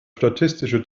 statistische